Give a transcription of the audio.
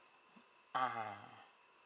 (uh huh)